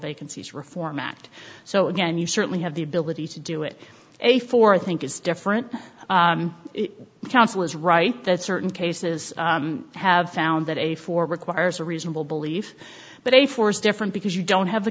vacancies reform act so again you certainly have the ability to do it a four i think is different counsel is right that certain cases have found that a four requires a reasonable belief but a force different because you don't have the